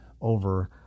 over